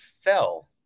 fell